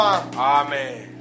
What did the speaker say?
Amen